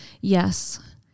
Yes